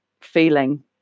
feeling